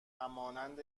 همانند